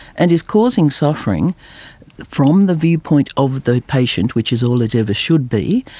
and is causing suffering from the viewpoint of the patient, which is all it ever should be,